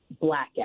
blackout